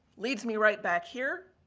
leads me right back here.